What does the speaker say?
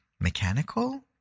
mechanical